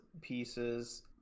pieces